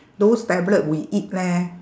those tablet we eat leh